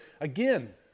again